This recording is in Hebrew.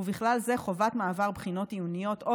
ובכלל זה חובת מעבר בחינות עיוניות או